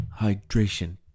Hydration